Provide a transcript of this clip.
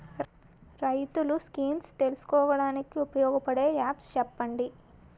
రైతులు స్కీమ్స్ తెలుసుకోవడానికి ఉపయోగపడే యాప్స్ చెప్పండి?